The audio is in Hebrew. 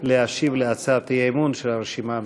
להשיב על הצעת האי-אמון של הרשימה המשותפת.